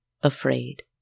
afraid